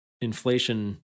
inflation